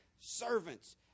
servants